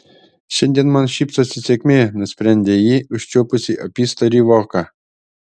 šiandien man šypsosi sėkmė nusprendė ji užčiuopusi apystorį voką